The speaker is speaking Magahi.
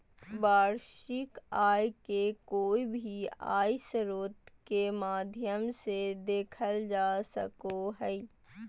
वार्षिक आय के कोय भी आय स्रोत के माध्यम से देखल जा सको हय